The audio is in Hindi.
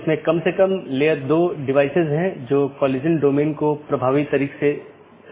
अपडेट मेसेज का उपयोग व्यवहार्य राउटरों को विज्ञापित करने या अव्यवहार्य राउटरों को वापस लेने के लिए किया जाता है